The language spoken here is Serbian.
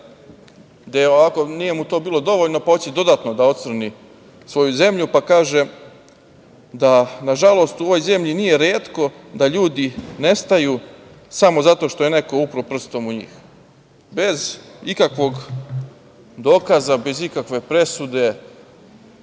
ovo nije bilo dovoljno, pa hoće dodatno ocrni svoju zemlju, pa kaže, da nažalost u ovoj zemlji nije retko da ljudi nestaju, samo zato što je neko upro prstom u njih. Bez ikakvog dokaza, bez ikakve presude,